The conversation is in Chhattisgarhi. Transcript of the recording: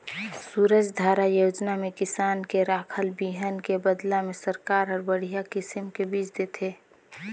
सूरजधारा योजना में किसान के राखल बिहन के बदला में सरकार हर बड़िहा किसम के बिज देथे